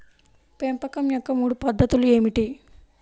పెంపకం యొక్క మూడు పద్ధతులు ఏమిటీ?